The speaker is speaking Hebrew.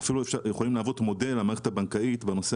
אפילו יכולים להוות מודל למערכת הבנקאית בנושא